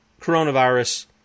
coronavirus